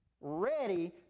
ready